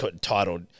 titled –